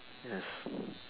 yes